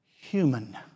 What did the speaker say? human